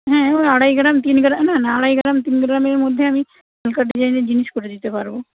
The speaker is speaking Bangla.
হ্যাঁ আড়াই গ্রাম তিন গ্রাম না না আড়াই গ্রাম তিন গ্রামের মধ্যে আমি হালকা ডিজাইনের জিনিস করে দিতে পারবো